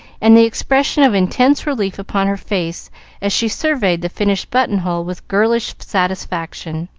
and the expression of intense relief upon her face as she surveyed the finished button-hole with girlish satisfaction.